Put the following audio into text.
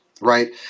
right